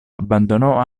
abbandonò